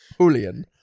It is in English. Julian